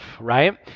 right